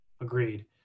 Agreed